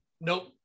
nope